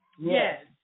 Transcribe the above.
Yes